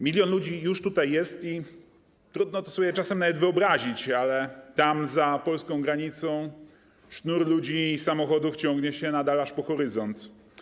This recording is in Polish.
Milion ludzi już tutaj jest i trudno to sobie czasem nawet wyobrazić, ale tam, za polską granicą, sznur ludzi i samochodów ciągnie się nadal aż po horyzont.